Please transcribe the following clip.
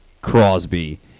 Crosby